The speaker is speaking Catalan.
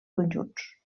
conjunts